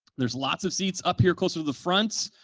there's lots of seats up here closer to the front.